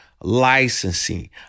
licensing